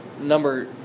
number